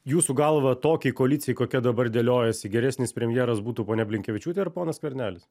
jūsų galva tokiai koalicijai kokia dabar dėliojasi geresnis premjeras būtų ponia blinkevičiūtė ar ponas skvernelis